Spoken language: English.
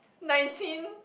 nineteen